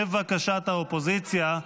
לבקשת האופוזיציה.